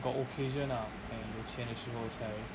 got occasion ah and 有钱的时候才